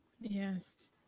Yes